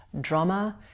drama